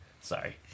Sorry